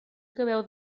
acabeu